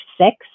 six